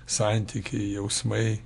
santykiai jausmai